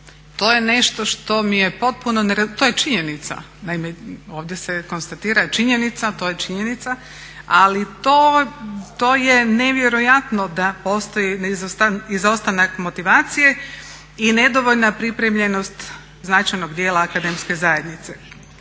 To je nešto što mi je potpuno, to je činjenica. Naime, ovdje se konstatira činjenica, to je činjenica ali to je nevjerojatno da postoji izostanak motivacije i nedovoljna pripremljenost značajnog dijela akademske zajednice.